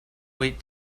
wait